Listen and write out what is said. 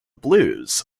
blues